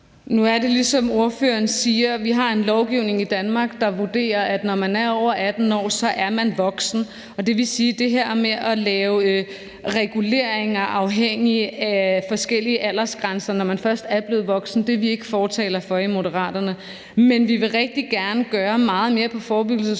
Nu er det, ligesom spørgeren siger, altså at vi har en lovgivning i Danmark, der vurderer, at når man er over 18 år, er man voksen, og det her med at lave reguleringer afhængigt af forskellige aldersgrænser, når man først er blevet voksen, er vi ikke fortalere for i Moderaterne. Men vi vil rigtig gerne gøre meget mere på forebyggelsesområdet,